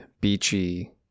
beachy